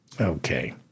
Okay